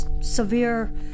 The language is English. severe